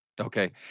Okay